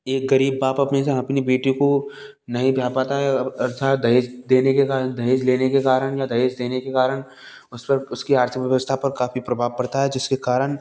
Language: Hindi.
एक गरीब बाप अपने जहाँ अपनी बेटी को नहीं ब्याह पाता है अर्थात दहेज देने के कारण दहेज लेने के कारण या दहेज देने के कारण उस वक्त उसकी आर्थिक व्यवस्था पर काफ़ी प्रभाव पड़ता है जिसके कारण